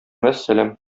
вәссәлам